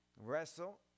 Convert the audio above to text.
Wrestle